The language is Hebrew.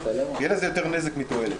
יהיה בזה יותר נזק מתועלת,